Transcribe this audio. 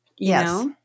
Yes